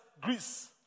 Greece